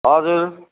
हजुर